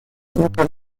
nunca